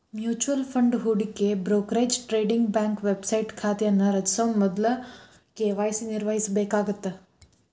mutual fund ಹೂಡಿಕೆ brokerage trading bank website ಖಾತೆಯನ್ನ ರಚಿಸ ಮೊದ್ಲ ಕೆ.ವಾಯ್.ಸಿ ನಿರ್ವಹಿಸಬೇಕಾಗತ್ತ